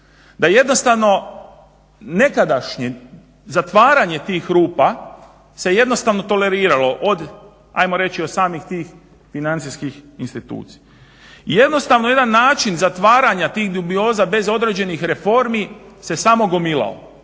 da jednostavno nekadašnjim zatvaranje tih rupa se toleriralo od ajmo reći od samih tih financijskih institucija. Jednostavno jedan način zatvaranja tih dubioza bez određenih reformi se samo gomilao